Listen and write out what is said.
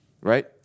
right